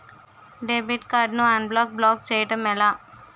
Debit card ను unblock block చేయటం ఎలా?